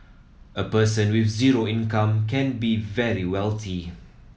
a person with zero income can be very wealthy